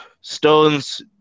Stones